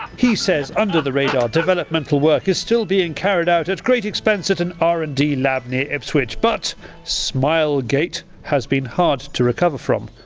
he says under the radar developmental work is still being carried out at great expense at an r and d lab near ipswich. but smile gate has been hard to recover from.